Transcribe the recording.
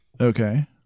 Okay